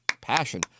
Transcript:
Passion